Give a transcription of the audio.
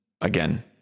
again